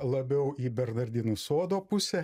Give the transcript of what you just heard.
labiau į bernardinų sodo pusę